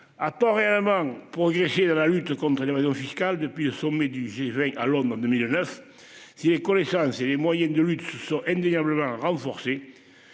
À tort, réellement. Progresser dans la lutte contre l'évasion fiscale. Depuis le sommet du G20 à Londres en 2009. Si les connaissances et les moyens de lutte ce sont indéniablement renforcée.